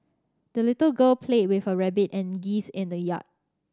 the little girl played with her rabbit and geese in the yard